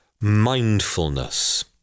mindfulness